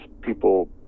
people